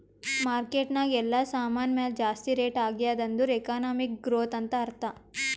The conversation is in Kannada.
ಮಾರ್ಕೆಟ್ ನಾಗ್ ಎಲ್ಲಾ ಸಾಮಾನ್ ಮ್ಯಾಲ ಜಾಸ್ತಿ ರೇಟ್ ಆಗ್ಯಾದ್ ಅಂದುರ್ ಎಕನಾಮಿಕ್ ಗ್ರೋಥ್ ಅಂತ್ ಅರ್ಥಾ